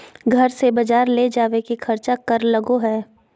घर से बजार ले जावे के खर्चा कर लगो है?